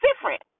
different